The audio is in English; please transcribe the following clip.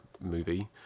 movie